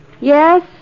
Yes